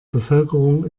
bevölkerung